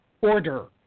order